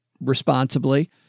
responsibly